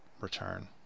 return